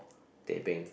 teh peng